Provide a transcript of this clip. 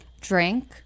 Drink